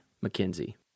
Mackenzie